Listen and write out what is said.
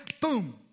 boom